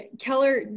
Keller